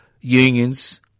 unions